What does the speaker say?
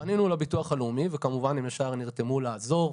פנינו לביטוח הלאומי וכמובן הם ישר נרתמו לעזור.